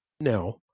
Now